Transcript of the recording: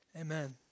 amen